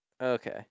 Okay